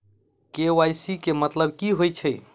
KYC केँ मतलब की होइ छै?